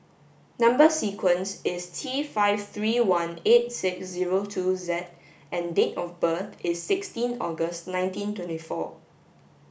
number sequence is T five three one eight six zero two Z and date of birth is sixteen August nineteen twenty four